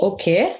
Okay